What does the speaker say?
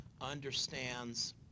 understands